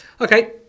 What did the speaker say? Okay